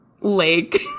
lake